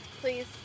please